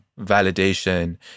validation